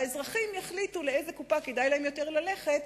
האזרחים יחליטו לאיזו קופה כדאי להם יותר ללכת,